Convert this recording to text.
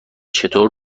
چطور